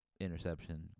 Interception